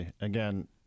again